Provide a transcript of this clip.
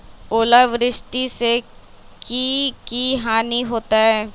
ओलावृष्टि से की की हानि होतै?